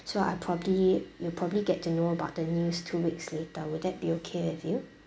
so I'll probably you'll probably get to know about the news two weeks later would that be okay with you